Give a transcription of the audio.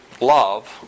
love